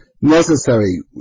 necessary